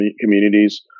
communities